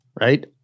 right